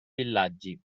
villaggi